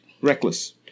Reckless